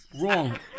Wrong